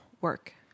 work